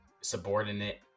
subordinate